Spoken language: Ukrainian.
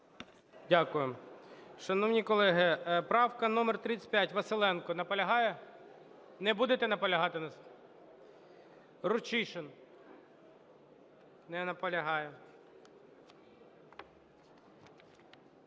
Дякую. Шановні колеги, правка номер 35, Василенко. Наполягає? Не будете наполягати на… Рущишин. Не наполягає.